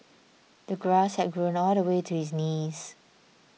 the grass had grown all the way to his knees